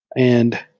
and